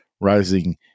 rising